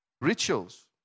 Rituals